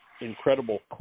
Incredible